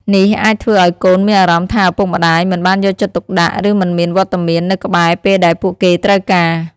នេះអាចធ្វើឱ្យកូនមានអារម្មណ៍ថាឪពុកម្ដាយមិនបានយកចិត្តទុកដាក់ ឬមិនមានវត្តមាននៅក្បែរពេលដែលពួកគេត្រូវការ។